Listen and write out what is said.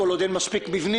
כל עוד אין מספיק מבנים,